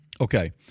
Okay